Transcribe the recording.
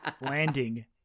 landing